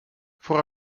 voor